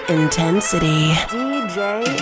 Intensity